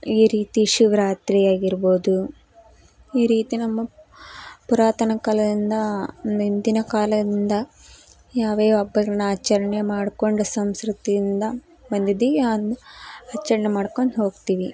ಈ ರೀತಿ ಶಿವರಾತ್ರಿ ಆಗಿರ್ಬೋದು ಈ ರೀತಿ ನಮ್ಮ ಪುರಾತನ ಕಾಲದಿಂದ ಹಿಂದಿನ ಕಾಲದಿಂದ ಯಾವ ಹಬ್ಬಗಳ್ನ ಆಚರಣೆ ಮಾಡಿಕೊಂಡು ಸಂಸ್ಕೃತಿಯಿಂದ ಬಂದಿದ್ದೀವಿ ಅದನ್ನು ಆಚರಣೆ ಮಾಡ್ಕೊಂಡ್ ಹೋಗ್ತೀವಿ